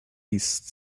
east